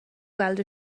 weld